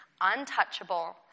untouchable